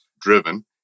driven